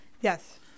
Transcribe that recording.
Yes